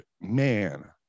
man